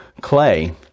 clay